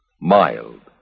Mild